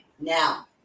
Now